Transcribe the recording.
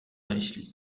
myśli